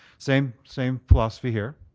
same same philosophy here.